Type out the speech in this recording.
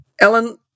Ellen